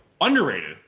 underrated